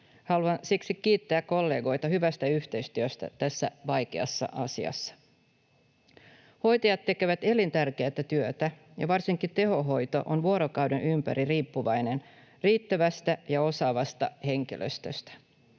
Haluan siksi kiittää kollegoita hyvästä yhteistyöstä tässä vaikeassa asiassa. Hoitajat tekevät elintärkeätä työtä, ja varsinkin tehohoito on vuorokauden ympäri riippuvainen riittävästä ja osaavasta henkilöstöstä.